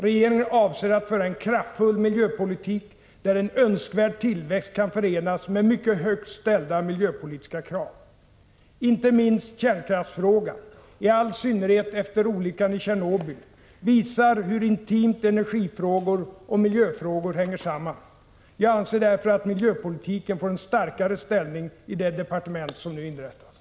Regeringen avser att föra en kraftfull miljöpolitik, där en önskvärd tillväxt kan förenas med mycket högt ställda miljöpolitiska krav. Inte minst kärnkraftsfrågan, i all synnerhet efter olyckan i Tjernobyl, visar hur intimt energifrågor och miljöfrågor hänger samman. Jag anser därför att miljöpolitiken får en starkare ställning i det departement som nu inrättas.